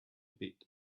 bit